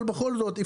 אבל בכל זאת,